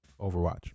Overwatch